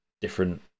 different